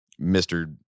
mr